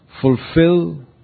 fulfill